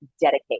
dedicate